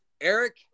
Eric